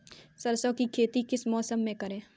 सरसों की खेती किस मौसम में करें?